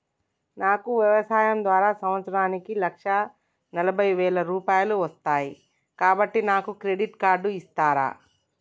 నాకు వ్యవసాయం ద్వారా సంవత్సరానికి లక్ష నలభై వేల రూపాయలు వస్తయ్, కాబట్టి నాకు క్రెడిట్ కార్డ్ ఇస్తరా?